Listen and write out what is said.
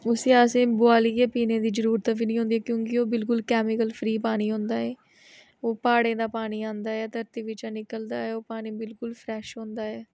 उसी असेंई बुआलियै पीने गी जरुरत बी नी होंदी क्योंकि ओह् बिल्कुल कैमिकल फ्री पानी होंदा ऐ ओह् प्हाड़ें दा पानी आंदा ऐ धरती बिच्चा निकलदा ऐ ओह् पानी बिल्कुल फ्रैश होंदा ऐ